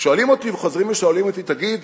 שואלים אותי וחוזרים ושואלים אותי: תגיד,